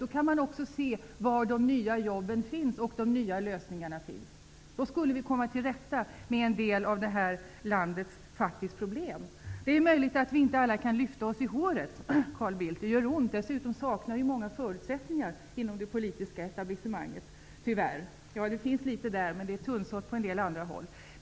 Då kan man också se var de nya jobben och lösningarna finns. Då skulle vi komma till rätta med en del av landets faktiska problem. Det är möjligt att vi inte alla kan lyfta oss i håret, Carl Bildt. Dessutom saknar tyvärr många inom det politiska etablissemanget förutsättningar för det. Det är tunnsått på en del håll.